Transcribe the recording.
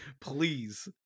please